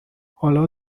حالا